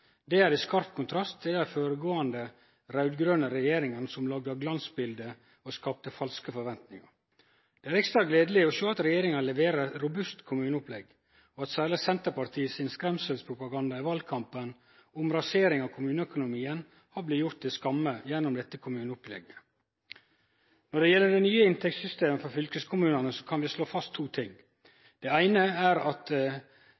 i skarp kontrast til dei føregåande raud-grøne regjeringane som laga glansbilde og skapte falske forventningar. Det er ekstra gledeleg å sjå at regjeringa leverer eit robust kommuneopplegg, og særleg at Senterpartiet sin skremselspropaganda i valkampen, om rasering av kommuneøkonomien, har blitt gjort til skamme gjennom dette kommuneopplegget. Når det gjeld det nye inntektssystemet for fylkeskommunane, kan vi slå fast to ting. Det eine er at